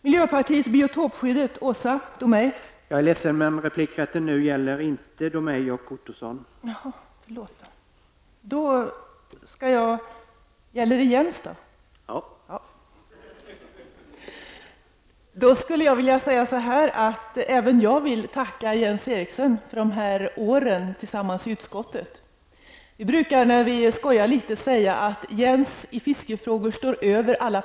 Vidare har vi frågan om miljöpartiet, Åsa Domeij och biotopskyddet.